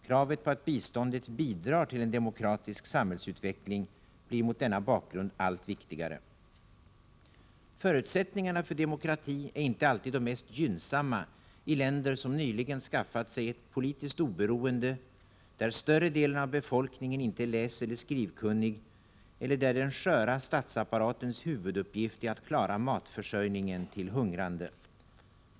Kravet på att biståndet bidrar till en demokratisk samhällsutveckling blir mot denna bakgrund allt viktigare. Förutsättningarna för demokratin är inte alltid de mest gynnsamma i länder som nyligen skaffat sig ett politiskt oberoende, där större delen av befolkningen inte är läseller skrivkunnig eller där den sköra statsapparatens huvuduppgift är att klara matförsörjningen till hungrande.